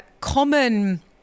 common